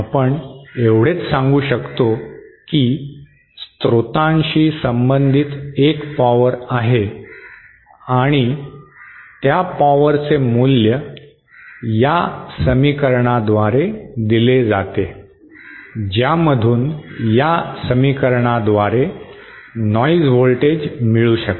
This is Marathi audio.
आपण एवढेच सांगू शकतो की स्त्रोतांशी संबंधित एक पॉवर आहे आणि त्या पॉवरचे मूल्य या समीकरणाद्वारे दिले जाते ज्यामधून या समीकरणाद्वारे नॉइज व्होल्टेज मिळू शकते